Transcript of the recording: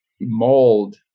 mold